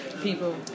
people